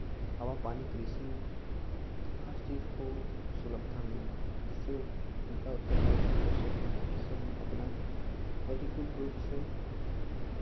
हवा पानी कृषि हर चीज़ को सुलभता मिले जिससे उनका उत्तरदायित्व हो सके जिससे हम अपना परिपूर्ण रूप से